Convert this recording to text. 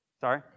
Sorry